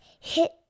hit